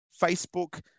Facebook